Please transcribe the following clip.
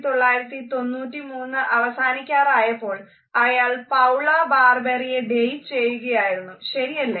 1993 അവസാനിക്കാറായപ്പോൾ അയാൾ പൌള ബാർബെറിയെ ചെയ്യുകയായിരുന്നു ശരിയല്ലേ